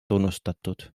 tunnustatud